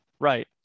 Right